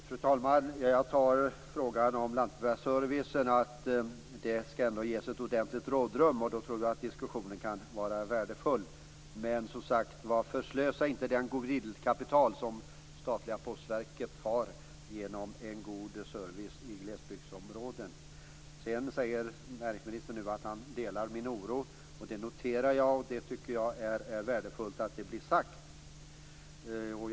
Fru talman! Det tolkar jag som att frågan om lantbrevbärarservicen skall ges ett ordentligt rådrum. Då tror vi att diskussionen kan vara värdefull. Men, som sagt var, förslösa inte det goodwill-kapital som statliga Postverket har tack vare en god service i glesbygdsområden! Sedan säger näringsministern nu att han delar min oro. Det noterar jag, och jag tycker att det är värdefullt att det blir sagt.